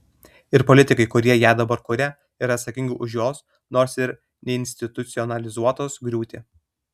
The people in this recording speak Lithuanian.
ir politikai kurie ją dabar kuria yra atsakingi už jos nors ir neinstitucionalizuotos griūtį